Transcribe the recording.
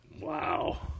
wow